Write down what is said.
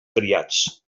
criats